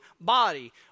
body